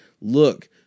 look